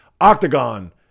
octagon